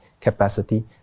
capacity